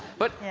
but